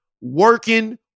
working